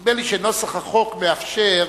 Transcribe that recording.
נדמה לי שנוסח החוק מאפשר,